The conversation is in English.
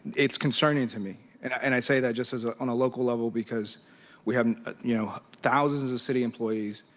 it is concerning to me. and and i say that just ah on a local level because we have you know thousands of city employees.